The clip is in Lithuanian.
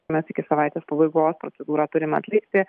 mes iki savaitės pabaigos procedūrą turim atlikti